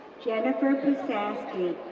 jennifer posaski,